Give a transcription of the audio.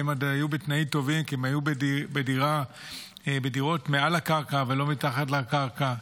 והם עוד היו בתנאים טובים כי הם היו בדירות מעל הקרקע ולא מתחת לקרקע.